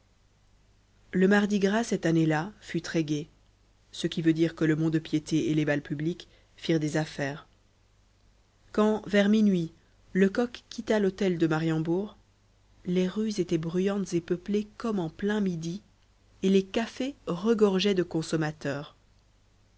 le mardi gras cette année-là fut très-gai ce qui veut dire que le mont-de-piété et les bals publics firent des affaires quand vers minuit lecoq quitta l'hôtel de mariembourg les rues étaient bruyantes et peuplées comme en plein midi et les cafés regorgeaient de consommateurs